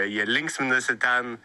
jie linksminasi ten